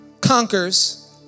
conquers